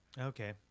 Okay